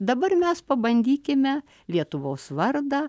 dabar mes pabandykime lietuvos vardą